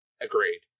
Agreed